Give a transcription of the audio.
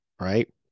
right